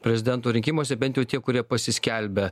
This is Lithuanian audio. prezidento rinkimuose bent jau tie kurie pasiskelbę